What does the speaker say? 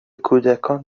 کودکان